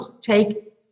take